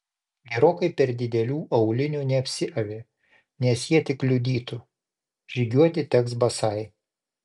gerokai per didelių aulinių neapsiavė nes jie tik kliudytų žygiuoti teks basai